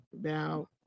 Now